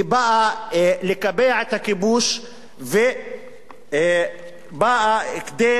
היא באה לקבע את הכיבוש ובאה כדי